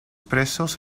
presos